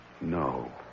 No